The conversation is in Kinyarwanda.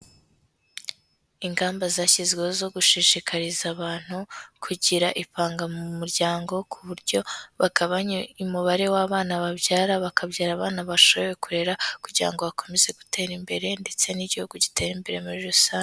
Ingamba zashyizweho zo gushishikariza abantu, kugira ipanga mu muryango ku buryo bagabanya umubare w'abana babyara, bakabyara abana bashoboye kurera kugira ngo bakomeze gutera imbere ndetse n'igihugu gitere imbere muri rusange.